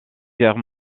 guerre